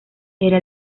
era